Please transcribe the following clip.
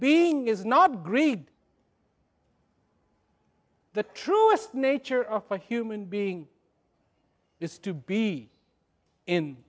being is not greed the truest nature of a human being is to be in